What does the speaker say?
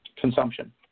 Consumption